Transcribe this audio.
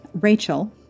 Rachel